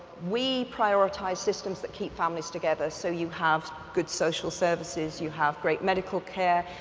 we prioritize systems that keep families together. so you have good social services, you have great medical care.